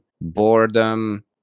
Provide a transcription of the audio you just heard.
boredom